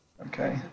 Okay